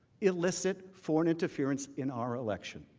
elicit foreign interference in our election?